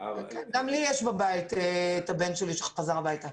גם אצלי בבית נמצא הבן שלי שחזר הביתה.